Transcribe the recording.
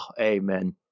amen